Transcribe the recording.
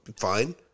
fine